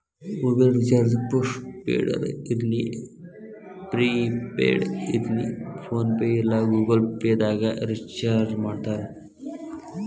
mobile recharge post ಪೇಡರ ಇರ್ಲಿ prepaid ಇರ್ಲಿ ಫೋನ್ಪೇ ಇಲ್ಲಾ ಗೂಗಲ್ ಪೇದಾಗ್ ರಿಚಾರ್ಜ್ಮಾಡ್ತಾರ